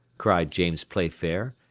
cried james playfair,